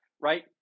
right